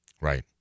Right